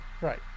Right